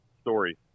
story